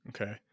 Okay